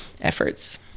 efforts